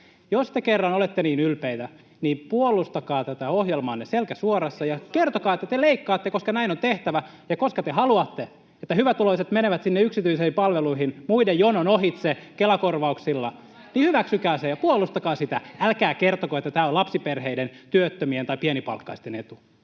Jos te kerran olette niin ylpeitä, niin puolustakaa tätä ohjelmaanne selkä suorassa ja kertokaa, että te leikkaatte, koska näin on tehtävä ja koska te haluatte, että hyvätuloiset menevät sinne yksityisiin palveluihin muiden jonon ohitse Kela-korvauksilla. Hyväksykää se ja puolustakaa sitä. Älkää kertoko, että tämä on lapsiperheiden, työttömien tai pienipalkkaisten etu.